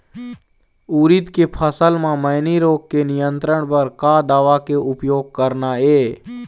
उरीद के फसल म मैनी रोग के नियंत्रण बर का दवा के उपयोग करना ये?